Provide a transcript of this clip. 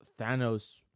Thanos